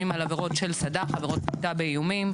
על עבירות של סד"ח עבירות סחיטה באיומים.